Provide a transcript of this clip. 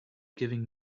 giving